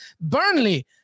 Burnley